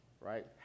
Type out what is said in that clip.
right